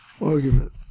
argument